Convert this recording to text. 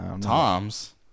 Tom's